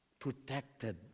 Protected